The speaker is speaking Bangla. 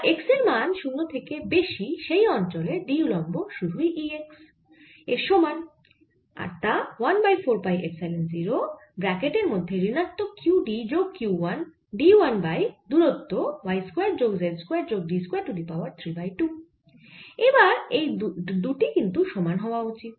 আর x এর মান 0 থেকে বেশি সেই অঞ্চলে D উল্লম্ব সুধুই E x এর সমান তাই 1 বাই 4 পাই এপসাইলন 0 ব্র্যাকেটের মধ্যে ঋণাত্মক q d যোগ q 1 d 1 বাই দূরত্ব y স্কয়ার যোগ z স্কয়ার যোগ d square to the power 3 by 2 এবার এই দুটি কিন্তু সমান হওয়া উচিত